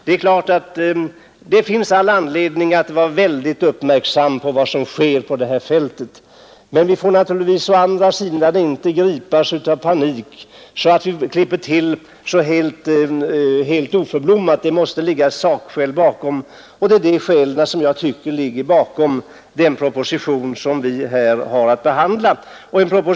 Det är klart att det finns all anledning att vara mycket uppmärksam på vad som sker på detta fält. Å andra sidan får vi inte gripas av panik, så att vi klipper till helt oförblommerat; det måste ligga sakskäl bakom, och jag tycker att det ligger sådana bakom den proposition vi här har att behandla.